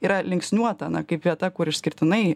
yra linksniuota na kaip vieta kur išskirtinai